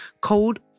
code